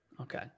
Okay